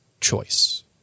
choice